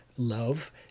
love